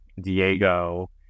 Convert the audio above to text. Diego